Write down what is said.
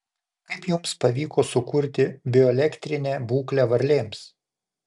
kaip jums pavyko sukurti bioelektrinę būklę varlėms